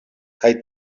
kaj